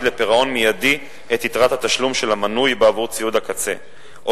לפירעון מיידי את יתרת התשלום של המנוי בעבור ציוד הקצה או